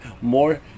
more